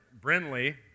Brinley